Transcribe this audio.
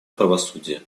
правосудие